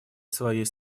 своей